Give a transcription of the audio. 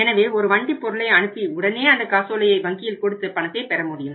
எனவே ஒரு வண்டி பொருளை அனுப்பி உடனே அந்த காசோலையை வங்கியில் கொடுத்து பணத்தை பெற முடியும்